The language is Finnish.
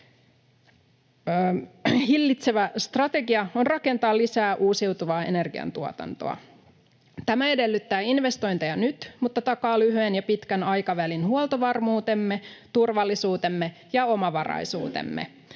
hillitsevä strategia on rakentaa lisää uusiutuvaa energiantuotantoa. Tämä edellyttää investointeja nyt, mutta takaa lyhyen ja pitkän aikavälin huoltovarmuutemme, turvallisuutemme ja omavaraisuutemme.